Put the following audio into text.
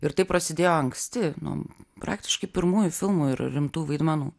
ir tai prasidėjo anksti nuo praktiškai pirmųjų filmų ir rimtų vaidmenų